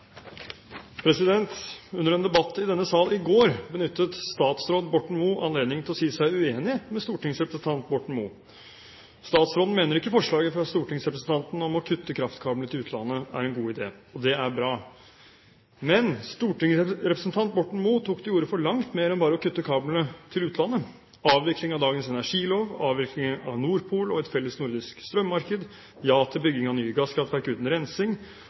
Under en debatt i denne sal i går benyttet statsråd Borten Moe anledningen til å si seg uenig med stortingsrepresentant Borten Moe. Statsråden mener ikke forslaget fra stortingsrepresentanten om å kutte kraftkablene til utlandet er en god idé, og det er bra. Men stortingsrepresentanten Borten Moe tok til orde for langt mer enn bare å kutte kablene til utlandet: avvikling av dagens energilov, avvikling av Norpool og et felles nordisk strømmarked, ja til bygging av nye gasskraftverk uten rensing,